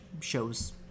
shows